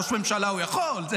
ראש ממשלה הוא יכול להיות,